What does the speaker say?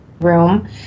room